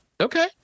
Okay